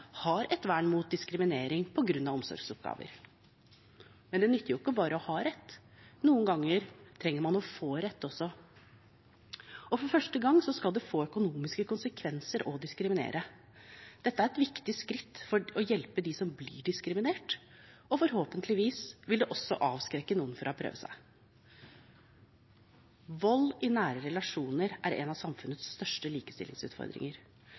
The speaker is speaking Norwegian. har et vern mot diskriminering på grunn av omsorgsoppgaver. Men det nytter ikke bare å ha rett – noen ganger trenger man også å få rett. Og for første gang skal det få økonomiske konsekvenser å diskriminere. Dette er et viktig skritt for å hjelpe dem som blir diskriminert, og forhåpentligvis vil det også avskrekke noen fra å prøve seg. Vold i nære relasjoner er en av samfunnets største likestillingsutfordringer.